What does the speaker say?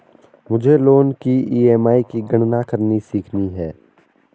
मुझे लोन की ई.एम.आई की गणना करनी सीखनी है